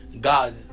God